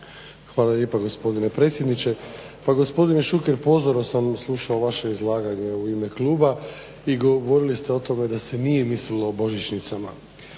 Hvala lijepa gospodine predsjedniče. Pa gospodine Šuker, pozorno sam slušao vaše izlaganje u ime Kluba i govorilo se o tome da se nije mislilo o božićnicama,